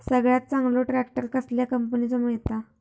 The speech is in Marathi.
सगळ्यात चांगलो ट्रॅक्टर कसल्या कंपनीचो मिळता?